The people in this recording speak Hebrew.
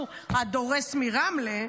הוא הדורס מרמלה,